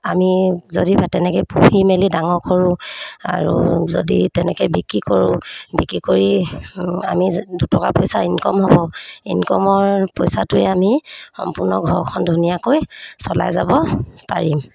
আমি যদি তেনেকৈ পুহি মেলি ডাঙৰ কৰোঁ আৰু যদি তেনেকৈ বিক্ৰী কৰোঁ বিক্ৰী কৰি আমি দুটকা পইচা ইনকম হ'ব ইনকমৰ পইচাটোৱে আমি সম্পূৰ্ণ ঘৰখন ধুনীয়াকৈ চলাই যাব পাৰিম